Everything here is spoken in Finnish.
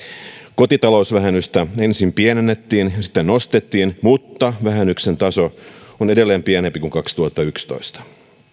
kotitalousvähennystä ensin pienennettiin ja sitten nostettiin mutta vähennyksen taso on edelleen pienempi kuin kaksituhattayksitoista